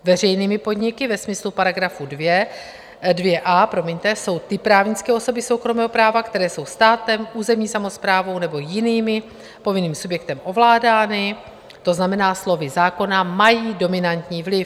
Veřejnými podniky ve smyslu § 2a jsou ty právnické osoby soukromého práva, které jsou státem, územní samosprávou nebo jinými povinným subjektem ovládány, to znamená slovy zákona, mají dominantní vliv.